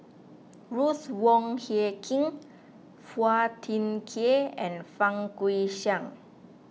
Ruth Wong Hie King Phua Thin Kiay and Fang Guixiang